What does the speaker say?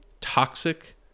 toxic